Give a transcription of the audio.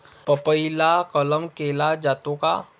पपईला कलम केला जातो का?